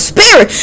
Spirit